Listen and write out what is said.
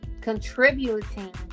contributing